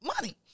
Money